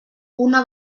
una